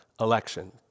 election